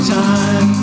time